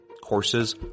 Courses